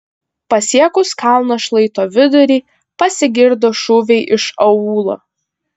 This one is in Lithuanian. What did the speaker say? pasiekus kalno šlaito vidurį pasigirdo šūviai iš aūlo